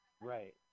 Right